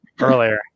Earlier